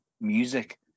music